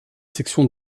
sections